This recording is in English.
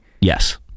Yes